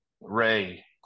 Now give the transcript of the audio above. ray